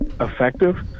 effective